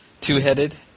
Two-headed